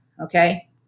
Okay